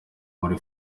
kuri